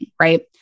right